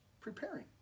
preparing